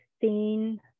seen